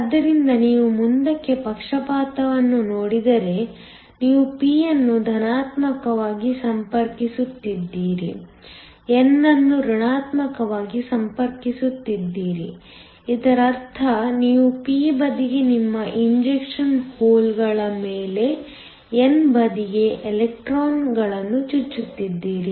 ಆದ್ದರಿಂದ ನೀವು ಮುಂದಕ್ಕೆ ಪಕ್ಷಪಾತವನ್ನು ನೋಡಿದರೆ ನೀವು p ಅನ್ನು ಧನಾತ್ಮಕವಾಗಿ ಸಂಪರ್ಕಿಸುತ್ತಿದ್ದೀರಿ n ಅನ್ನು ಋಣಾತ್ಮಕವಾಗಿ ಸಂಪರ್ಕಿಸುತ್ತಿದ್ದೀರಿ ಇದರರ್ಥ ನೀವು p ಬದಿಗೆ ನಿಮ್ಮ ಇಂಜೆಕ್ಷನ್ ಹೋಲ್ಗಳ ಮೇಲೆ n ಬದಿಗೆ ಎಲೆಕ್ಟ್ರಾನ್ಗಳನ್ನು ಚುಚ್ಚುತ್ತಿದ್ದೀರಿ